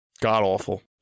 God-awful